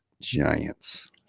giants